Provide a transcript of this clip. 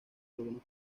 algunos